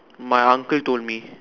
my uncle told me